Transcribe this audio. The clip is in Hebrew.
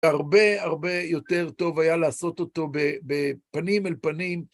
הרבה הרבה יותר טוב היה לעשות אותו בפנים אל פנים.